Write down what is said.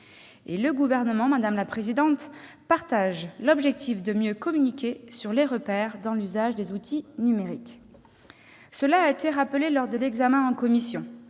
Le Gouvernement, madame la rapporteur, partage l'objectif de mieux communiquer sur des repères dans l'usage des outils numériques. Cela a été rappelé lors de l'examen en commission,